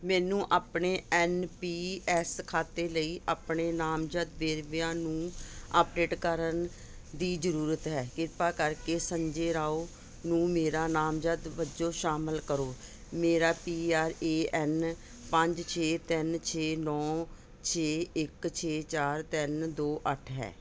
ਮੈਨੂੰ ਆਪਣੇ N P S ਖਾਤੇ ਲਈ ਆਪਣੇ ਨਾਮਜ਼ਦ ਵੇਰਵਿਆਂ ਨੂੰ ਅੱਪਡੇਟ ਕਰਨ ਦੀ ਜ਼ਰੂਰਤ ਹੈ ਕਿਰਪਾ ਕਰਕੇ ਸੰਜੇ ਰਾਓ ਨੂੰ ਮੇਰਾ ਨਾਮਜ਼ਦ ਵਜੋਂ ਸ਼ਾਮਲ ਕਰੋ ਮੇਰਾ ਪੀ ਆਰ ਏ ਐੱਨ ਪੰਜ ਛੇ ਤਿੰਨ ਛੇ ਨੌਂ ਛੇ ਇੱਕ ਛੇ ਚਾਰ ਤਿੰਨ ਦੋ ਅੱਠ ਹੈ